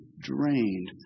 Drained